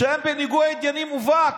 שהם בניגוד עניינים מובהק,